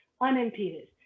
unimpeded